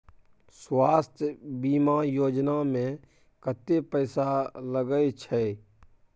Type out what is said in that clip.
स्वास्थ बीमा योजना में कत्ते पैसा लगय छै?